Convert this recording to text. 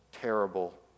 terrible